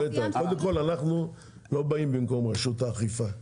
קודם כל אנחנו לא באים במקום רשות האכיפה.